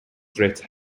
threat